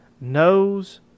knows